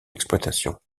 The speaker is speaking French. exploitation